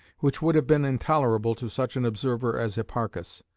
which would have been intolerable to such an observer as hipparchus.